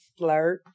slurp